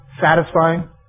satisfying